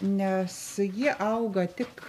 nes ji auga tik